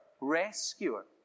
rescuer